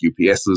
UPSs